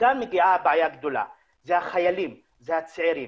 כאן מגיעה הבעיה הגדולה, זה החיילים, זה הצעירים.